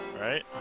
Right